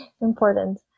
Important